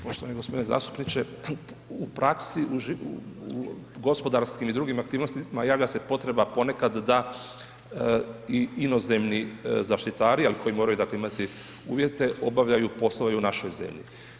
Poštovani gospodine zastupniče, u praksi, u gospodarskim i drugim aktivnostima javlja se potreba ponekad da i inozemni zaštitari ali koji moraju dakle imati uvjete obavljaju poslove i u našoj zemlji.